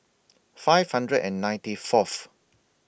five hundred and ninety Fourth